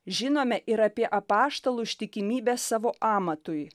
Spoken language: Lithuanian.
žinome ir apie apaštalų ištikimybę savo amatui